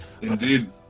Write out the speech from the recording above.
Indeed